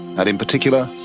and in particular,